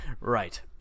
right